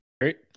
Great